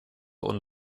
und